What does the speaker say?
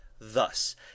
thus